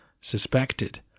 suspected